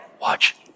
Watch